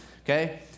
okay